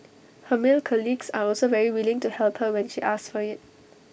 her male colleagues are also very willing to help her when she asks for IT